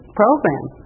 program